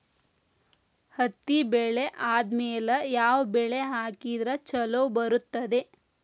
ಹತ್ತಿ ಬೆಳೆ ಆದ್ಮೇಲ ಯಾವ ಬೆಳಿ ಹಾಕಿದ್ರ ಛಲೋ ಬರುತ್ತದೆ?